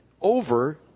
over